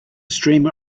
streamer